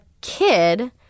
kid